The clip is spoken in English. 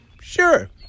sure